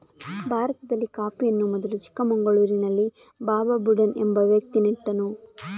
ಭಾರತದಲ್ಲಿ ಕಾಫಿಯನ್ನು ಮೊದಲು ಚಿಕ್ಕಮಗಳೂರಿನಲ್ಲಿ ಬಾಬಾ ಬುಡನ್ ಎಂಬ ವ್ಯಕ್ತಿ ನೆಟ್ಟನು